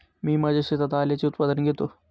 मी माझ्या शेतात आल्याचे उत्पादन घेतो